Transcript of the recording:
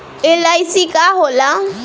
LIC का होला?